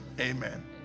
amen